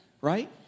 right